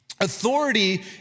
Authority